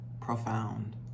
profound